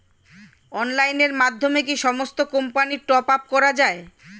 অনলাইনের মাধ্যমে কি সমস্ত কোম্পানির টপ আপ করা যায়?